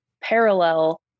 parallel